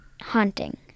haunting